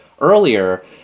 earlier